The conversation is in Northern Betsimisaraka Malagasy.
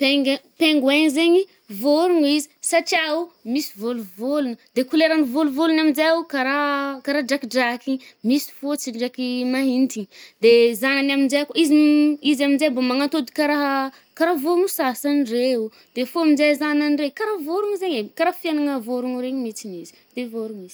Penga-penguin zaigny, vôrogna izy satriào misy vôlovologno. De koleran’nyvolovologny aminjao karaha-karaha drakidraky, misy fotsy ndraiky mahinty. De zanany aminje kôa, izy izy aminje mbô manatôdy karahaka vorogno sasany reo oh. De fô aminje zanany re, karaha vorogno zaigny e karaha fiaignana vôrogno mitsy izy. De vôrogno izy.